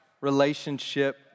relationship